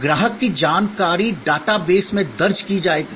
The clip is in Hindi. ग्राहक की जानकारी डाटा बेस में दर्ज की जाएगी